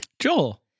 Joel